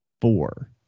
four